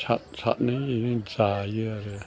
साद सादनो जायो आरो